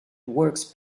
works